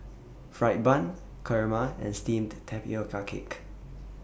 Fried Bun Kurma and Steamed Tapioca Cake